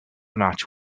match